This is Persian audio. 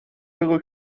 بگو